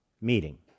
meeting